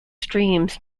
streams